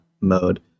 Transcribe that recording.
mode